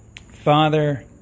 Father